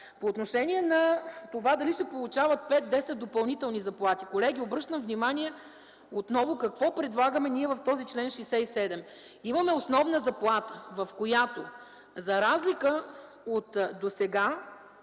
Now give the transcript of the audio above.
По отношение на това дали ще получават пет-десет допълнителни заплати. Колеги, обръщам внимание отново какво предлагаме ние в чл. 67. Има основна заплата. За разлика от досега,